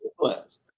class